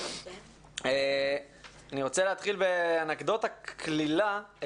אני רוצה להתחיל באנקדוטה קלילה.